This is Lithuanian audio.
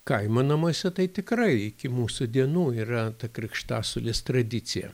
kaimo namuose tai tikrai iki mūsų dienų yra ta krikštasuolės tradicija